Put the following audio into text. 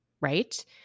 right